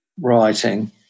writing